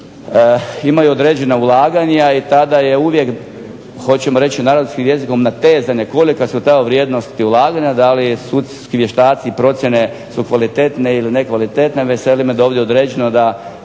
imaju određena ulaganja i tada je uvijek hoćemo reći narodskim jezikom natezanje koliko su ta vrijednosti i ulaganja, da li sudski vještaci procjene su kvalitetne ili nekvalitetne veseli me da je ovdje određeno da